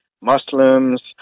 Muslims